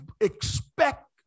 expect